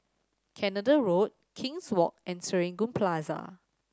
Canada Road King's Walk and Serangoon Plaza